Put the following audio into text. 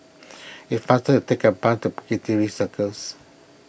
is faster to take a bus to Piccadilly Circus